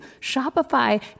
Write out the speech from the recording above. Shopify